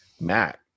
Matt